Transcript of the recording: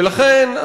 ולכן,